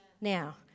now